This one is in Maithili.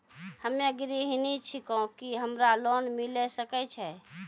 हम्मे गृहिणी छिकौं, की हमरा लोन मिले सकय छै?